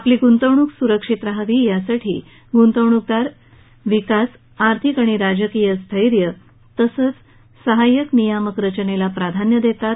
आपली गुंतवणूक सुरक्षित राहावी यासाठी गुंतवणुकदार विकास आर्थिक आणि राजकीय स्थैर्य तसंच सहायक नियामक रचनेला प्राधान्य देतात